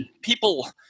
people